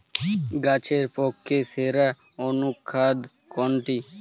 গাছের পক্ষে সেরা অনুখাদ্য কোনটি?